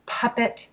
puppet